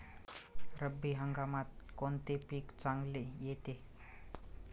रब्बी हंगामात कोणते पीक चांगले येते?